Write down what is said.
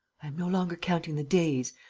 i am no longer counting the days,